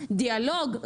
דיאלוג,